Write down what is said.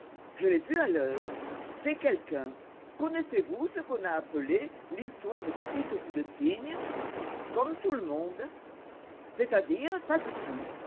je l'ai vu à l'œuvre c'est quelqu'un connaissez-vous ce qu'on a appelé l'histoire d'édith au cou de cygne comme tout le monde c'est-à-dire pas du tout